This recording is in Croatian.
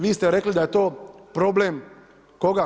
Vi ste rekli da je to problem koga?